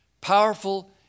Powerful